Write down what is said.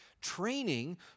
Training